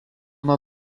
nuo